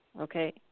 Okay